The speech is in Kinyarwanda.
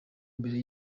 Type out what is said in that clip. mbere